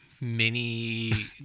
mini